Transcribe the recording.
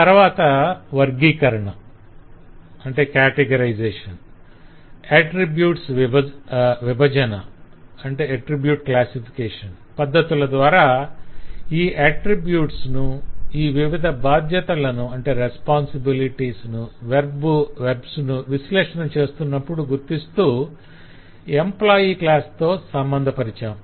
తరవాత వర్గీకరణ అట్రిబ్యూట్స్ విభజన పద్ధతుల ద్వారా ఈ అట్రిబ్యూట్స్ ను ఈ వివిధ బాధ్యతలను వెర్బ్స్ విశ్లేషణ చేస్తున్నప్పుడు గుర్తిస్తూ ఎంప్లాయ్ క్లాసు తో సంబంధపరిచాం